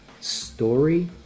story